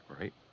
right